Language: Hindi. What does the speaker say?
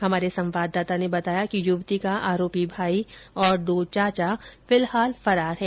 हमारे संवाददाता ने बताया कि युवती का आरोपी भाई और दो चाचा फिलहाल फरार हैं